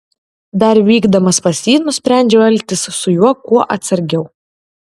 dar vykdamas pas jį nusprendžiau elgtis su juo kuo atsargiau